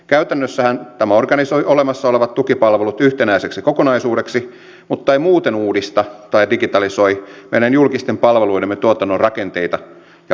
käytännössähän tämä organisoi olemassa olevat tukipalvelut yhtenäiseksi kokonaisuudeksi mutta ei muuten uudista tai digitalisoi meidän julkisten palveluidemme tuotannon rakenteita ja prosesseja